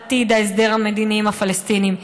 לעתיד ההסדר המדיני עם הפלסטינים,